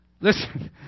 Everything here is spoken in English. listen